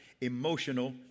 emotional